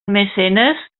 mecenes